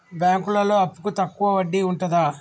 బ్యాంకులలో అప్పుకు తక్కువ వడ్డీ ఉంటదా?